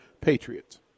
Patriots